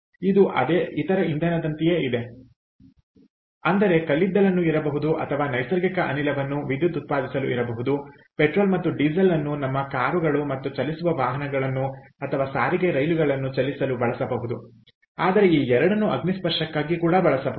ಇದು ಇತರ ಇಂಧನದಂತೆಯೇ ಇದೆ ಅಂದರೆ ಕಲ್ಲಿದ್ದಲನ್ನು ಇರಬಹುದು ಅಥವಾ ನೈಸರ್ಗಿಕ ಅನಿಲವನ್ನು ವಿದ್ಯುತ್ ಉತ್ಪಾದಿಸಲು ಇರಬಹುದು ಪೆಟ್ರೋಲ್ ಮತ್ತು ಡೀಸೆಲ್ ಅನ್ನು ನಮ್ಮ ಕಾರುಗಳು ಮತ್ತು ಚಲಿಸುವ ವಾಹನಗಳನ್ನು ಅಥವಾ ಸಾರಿಗೆಯ ರೈಲುಗಳನ್ನು ಚಲಿಸಲು ಬಳಸಬಹುದು ಆದರೆ ಈ ಎರಡನ್ನೂ ಅಗ್ನಿಸ್ಪರ್ಶಕ್ಕಾಗಿ ಬಳಸಬಹುದು